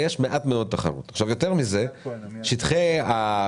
כי אני רוצה לעשות שם אחר כך סיור של הוועדה,